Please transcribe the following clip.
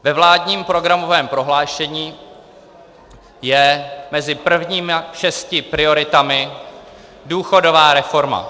Ve vládním programovém prohlášení je mezi prvními šesti prioritami důchodová reforma.